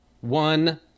One